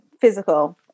physical